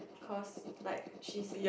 cause like she's